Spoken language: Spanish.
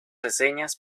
reseñas